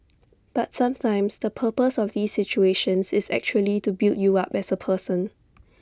but sometimes the purpose of these situations is actually to build you up as A person